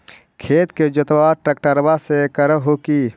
खेत के जोतबा ट्रकटर्बे से कर हू की?